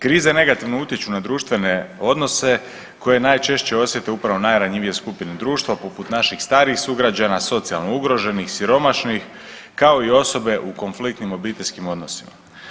Krize negativno utječu na društvene odnose koje najčešće osjete upravo najranjivije skupine društva poput naših starijih sugrađana, socijalno ugroženih, siromašnih kao i osobe u konfliktnim obiteljskim odnosima.